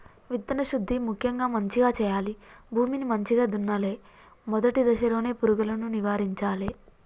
విత్తన శుద్ధి ముక్యంగా మంచిగ చేయాలి, భూమిని మంచిగ దున్నలే, మొదటి దశలోనే పురుగులను నివారించాలే